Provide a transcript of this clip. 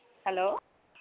hello